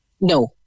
No